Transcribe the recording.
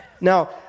Now